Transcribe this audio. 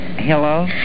Hello